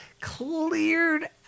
Cleared